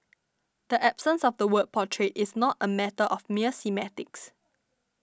the absence of the word portrayed is not a matter of mere semantics